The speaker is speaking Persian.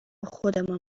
خودمان